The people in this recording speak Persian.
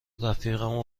رفیقمو